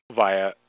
via